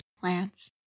plants